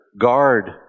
guard